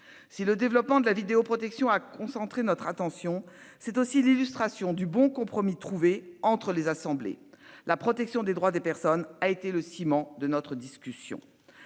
Le développement de la vidéoprotection, qui a concentré notre attention, confirme la qualité du compromis trouvé entre les assemblées. La protection des droits des personnes a été le ciment de notre discussion.